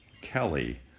Kelly